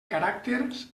caràcters